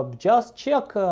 just check